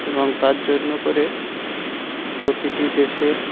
এবং তার জন্য করে প্রতিটি দেশের